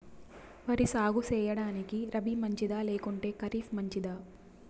వరి సాగు సేయడానికి రబి మంచిదా లేకుంటే ఖరీఫ్ మంచిదా